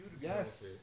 Yes